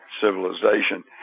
civilization